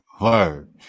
word